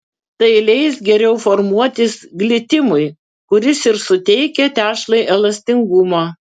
tai leis geriau formuotis glitimui kuris ir suteikia tešlai elastingumo